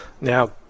Now